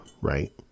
right